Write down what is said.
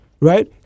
Right